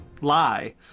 lie